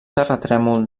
terratrèmol